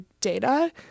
data